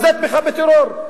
אז זה תמיכה בטרור.